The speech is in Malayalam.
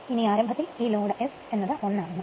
ഇനി ആരംഭത്തിൽ ഈ ലോഡ് S1 ആകുന്നു